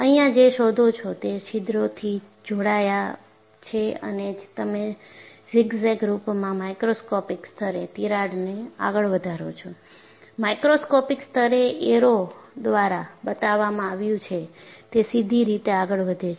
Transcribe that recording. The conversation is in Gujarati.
અહીંયા જે શોધો છો તે છિદ્રોથી જોડાયા છે અને તમે ઝિગઝેગ રૂપમાં માઇક્રોસ્કોપિક સ્તરે તિરાડને આગળ વધારો છો મેક્રોસ્કોપિક સ્તરે એરો દ્વારા બતાવવામાં આવ્યુ છે તે સીધી રીતે આગળ વધે છે